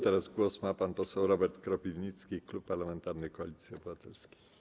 Teraz głos ma pan poseł Robert Kropiwnicki, klub parlamentarny Koalicji Obywatelskiej.